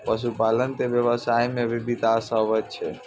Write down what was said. पशुपालन से व्यबसाय मे भी बिकास हुवै छै